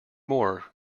more